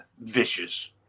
vicious